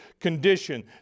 condition